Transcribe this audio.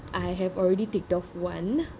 I have already ticked off one